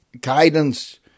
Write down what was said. guidance